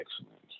excellent